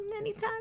anytime